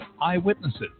eyewitnesses